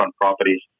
properties